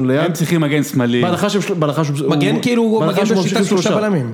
הם צריכים מגן שמאלי. מגן כאילו הוא מגן בשיטת שלושה בלמים.